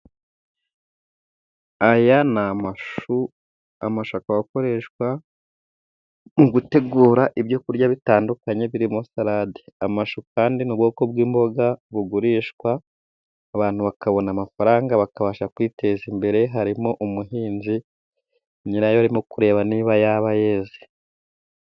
Aya ni amashu . Amashu akaba akoreshwa mu gutegura ibyo kurya bitandukanye birimo salade . Amashu kandi ni ubwoko bw'imboga bugurishwa abantu bakabona amafaranga, bakabasha kwiteza imbere harimo umuhinzi nyirayo arimo kureba niba yaba yeze.